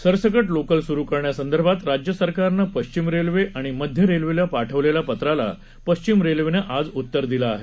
सरसकट लोकल स्रू करण्यासंदर्भात राज्य सरकारनं पश्चिम रेल्वे आणि मध्य रेल्वेला पाठवलेल्या पत्राला पश्चिम रेल्वेनं आज उत्तर दिलं आहे